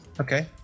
Okay